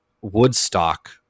woodstock